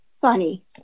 funny